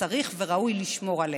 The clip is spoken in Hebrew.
שצריך וראוי לשמור עליהן.